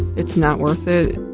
it's not worth it.